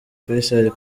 faisal